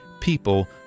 People